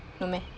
no meh